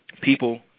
People